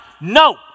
No